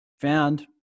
found